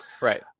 Right